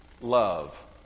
love